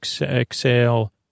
exhale